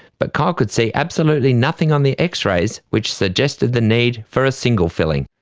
but kyle could see absolutely nothing on the x-rays which suggested the need for a single filling.